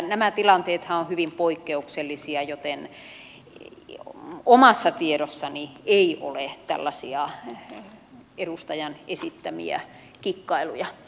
nämä tilanteethan ovat hyvin poikkeuksellisia joten omassa tiedossani ei ole tällaisia edustajan esittämiä kikkailuja e